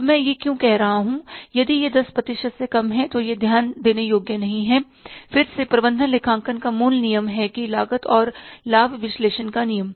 अब मैं यह क्यों कह रहा हूं कि यदि यह 10 प्रतिशत से कम है तो यह ध्यान देने योग्य नहीं है फिर से प्रबंधन लेखांकन का मूल नियम है कि लागत और लाभ विश्लेषण का नियम